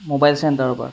mobile চেণ্টাৰৰ পৰা